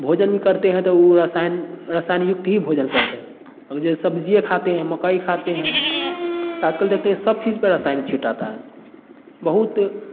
भोजन भी करते हैं तो उस रसायन रासायनिक युक्त ही भोजन करते हैं अब जैसे सब्जियाँ खाते हैं मकई खाते हैं आजकल देखते हैं सब चीज पर रसायन छिटाता है बहुत